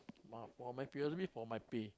but for my previously for my pay